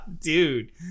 Dude